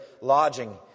lodging